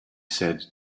said